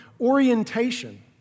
orientation